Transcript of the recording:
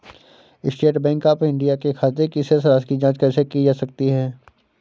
State Bank of India के खाते की शेष राशि की जॉंच कैसे की जा सकती है?